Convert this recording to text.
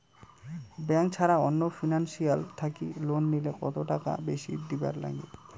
Bank ছাড়া অন্য financial থাকি লোন নিলে কতটাকা বেশি দিবার নাগে?